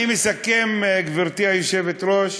אני מסכם, גברתי היושבת-ראש: